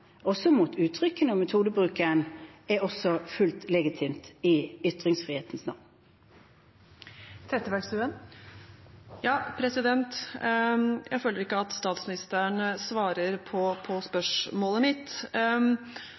uttrykkene og metodebruken – er også fullt legitimt i ytringsfrihetens navn. Jeg føler ikke at statsministeren svarer på spørsmålet mitt.